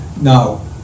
now